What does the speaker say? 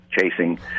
Chasing